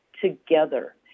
together